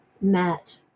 met